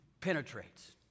penetrates